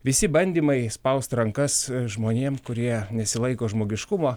visi bandymai spausti rankas žmonėms kurie nesilaiko žmogiškumo